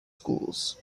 schools